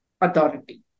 authority